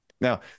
Now